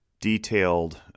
detailed